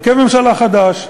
הרכב ממשלה חדש,